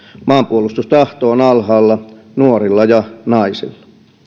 maanpuolustustahto on alhaalla nuorilla ja naisilla